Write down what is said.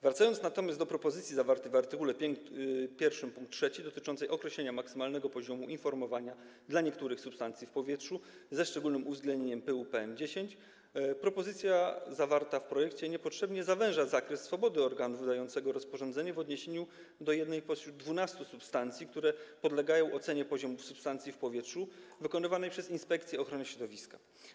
Wracając natomiast do propozycji zawartej w art. 1 pkt 3, dotyczącej określenia maksymalnego poziomu informowania dla niektórych substancji w powietrzu, ze szczególnym uwzględnieniem pyłu PM10, to propozycja zawarta w projekcie niepotrzebnie zawęża zakres swobody organu wydającego rozporządzenie w odniesieniu do jednej spośród 12 substancji, które podlegają ocenie w zakresie poziomu substancji w powietrzu dokonywanej przez Inspekcję Ochrony Środowiska.